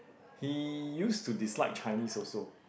he use to dislike Chinese also